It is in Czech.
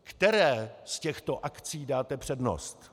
Které z těchto akcí dáte přednost?